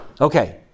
Okay